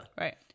Right